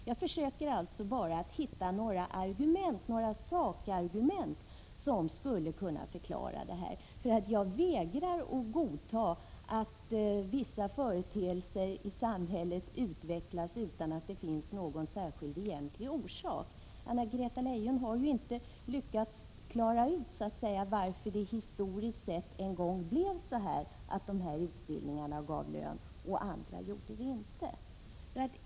Jag försöker alltså bara att hitta några sakargument som skulle kunna förklara varför vi har denna skillnad mellan olika yrkesområden, eftersom jag vägrar att godta att vissa missförhållanden i samhället utvecklas utan att det finns någon egentlig orsak till det. Anna-Greta Leijon har ju inte lyckats klara ut varför det historiskt sett blivit så att vissa utbildningar berättigar till lön under utbildningstiden medan andra inte gör det.